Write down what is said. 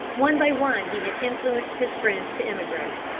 one by one he had influenced his friends to emigrate,